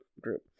group